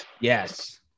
yes